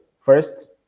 first